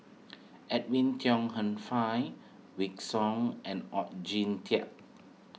Edwin Tong Hen Fai Wykidd Song and Oon Jin Teik